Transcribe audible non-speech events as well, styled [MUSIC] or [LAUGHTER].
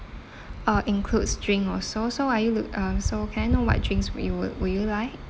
[BREATH] uh includes drink also so are you look uh so can I know what drinks would you would would you like